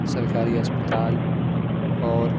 سرکاری اسپتال اور